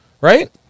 right